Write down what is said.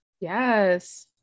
Yes